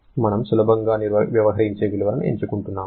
మనము సులభంగా వ్యవహరించే విలువలను ఎంచుకుంటున్నాము